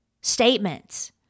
statements